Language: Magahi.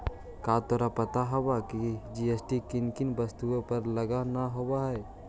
का तोहरा पता हवअ की जी.एस.टी किन किन वस्तुओं पर लागू न होवअ हई